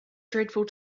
dreadful